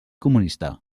comunista